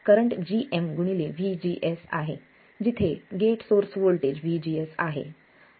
current gm गुणिले V GS आहे जिथे gate source voltage V GS आहे